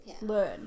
learn